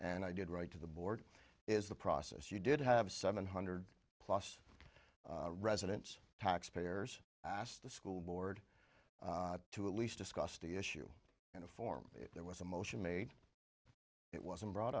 and i did write to the board is the process you did have seven hundred plus residents taxpayers asked the school board to at least discuss the issue and form it there was a motion made it wasn't brought